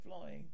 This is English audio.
flying